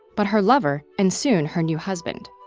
but her lover and, soon, her new husband.